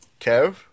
Kev